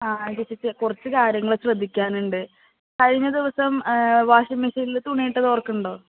ആ ചേച്ചി കുറച്ച് കാര്യങ്ങൾ ശ്രദ്ധിക്കാനുണ്ട് കഴിഞ്ഞ ദിവസം വാഷിംഗ് മെഷീനിൽ തുണി ഇട്ടത് ഓർക്കുന്നുണ്ടോ